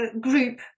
group